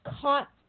caught